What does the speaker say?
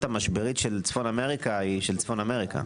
המשברית של צפון אמריקה היא של צפון אמריקה.